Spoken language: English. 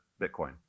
Bitcoin